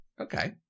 Okay